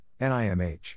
NIMH